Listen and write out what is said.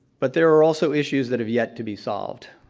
but there are also issues that have yet to be solved.